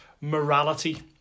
morality